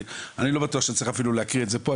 אני לא בטוח שאני צריך אפילו להקריא את זה פה,